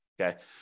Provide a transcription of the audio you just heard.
okay